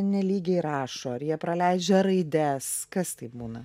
nelygiai rašo ar jie praleidžia raides kas tai būna